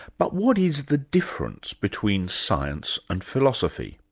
but what is the difference between science and philosophy?